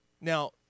Now